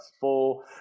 four